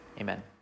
Amen